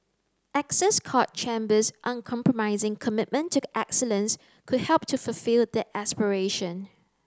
Excess Court Chambers uncompromising commitment to excellence could help to fulfil that aspiration